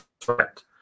threat